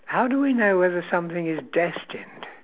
how do we know whether something is destined